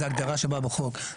זה הגדרה שבאה בחוק,